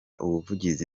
ubuvugizi